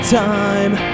time